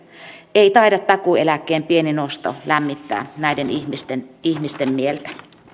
ei taida takuueläkkeen pieni nosto lämmittää näiden ihmisten ihmisten mieltä